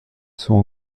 sont